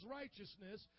righteousness